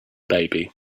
baby